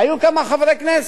היו כמה חברי כנסת,